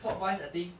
pop wise I think